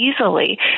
easily